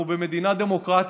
אנחנו במדינה דמוקרטית,